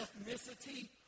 ethnicity